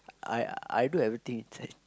I I do everything inside